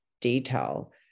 detail